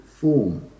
form